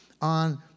on